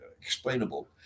explainable